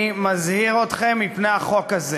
אני מזהיר אתכם מפני החוק הזה.